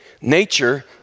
Nature